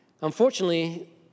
Unfortunately